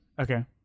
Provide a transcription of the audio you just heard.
Okay